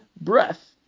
breath